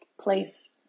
place